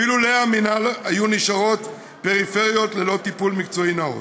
ואילולא המינהל היו נשארות פריפריות ללא טיפול מקצועי נאות.